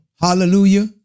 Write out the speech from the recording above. Hallelujah